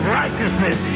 righteousness